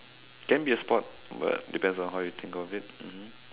can be a sport but depends on how you think of it mmhmm